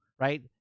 right